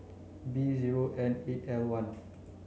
B zero N eight L one